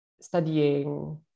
studying